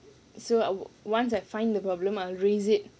so I wil~ once I find the problem I will raise it